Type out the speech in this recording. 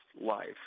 life